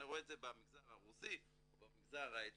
אני רואה את זה במגזר הרוסי או במגזר האתיופי.